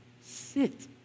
Sit